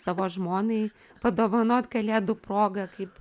savo žmonai padovanot kalėdų proga kaip